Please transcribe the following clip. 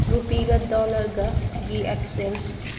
ꯔꯨꯄꯤꯒ ꯗꯣꯂꯔꯒꯒꯤ ꯑꯦꯛꯆꯦꯟꯁ